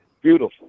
Beautiful